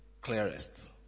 clearest